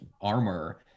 armor